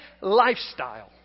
lifestyle